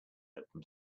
open